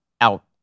out